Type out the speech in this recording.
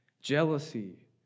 Jealousy